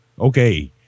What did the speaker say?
Okay